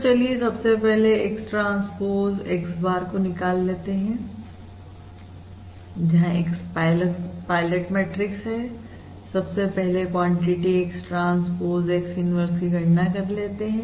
तो चलिए सबसे पहले X ट्रांसपोज x bar को निकाल लेते हैं जहां x पायलट मैट्रिक्स है सबसे पहले quantity X transpose X inverse की गणना कर लेते हैं